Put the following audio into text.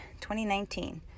2019